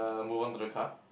uh move on to the car